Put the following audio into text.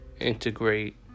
Integrate